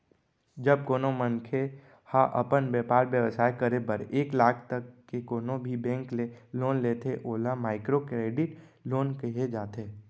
जब कोनो मनखे ह अपन बेपार बेवसाय करे बर एक लाख तक के कोनो भी बेंक ले लोन लेथे ओला माइक्रो करेडिट लोन कहे जाथे